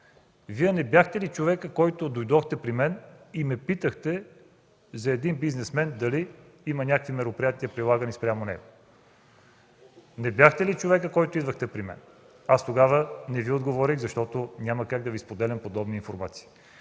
Вие не бяхте ли човекът, който дойде да ме пита за един бизнесмен – дали има някакви мероприятия, прилагани спрямо него? Не бяхте ли човекът, който дойде при мен? Тогава не Ви отговорих, защото няма как да Ви споделям подобна информация.